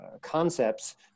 concepts